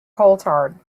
coulthard